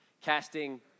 Casting